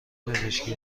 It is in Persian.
پزشکی